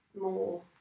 more